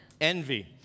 Envy